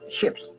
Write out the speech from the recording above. ships